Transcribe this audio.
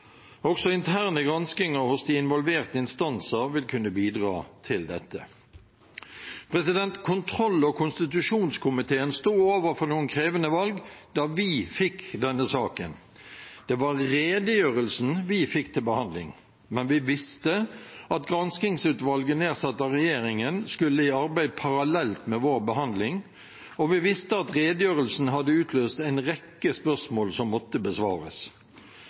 Også interne granskinger hos de involverte instanser vil kunne bidra til dette. Kontroll- og konstitusjonskomiteen sto overfor noen krevende valg da vi fikk denne saken. Det var redegjørelsen vi fikk til behandling, men vi visste at granskingsutvalget nedsatt av regjeringen skulle i arbeid parallelt med vår behandling, og vi visste at redegjørelsen hadde utløst en rekke spørsmål som måtte besvares.